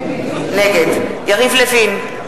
נגד יריב לוין,